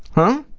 huh?